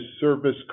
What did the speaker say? service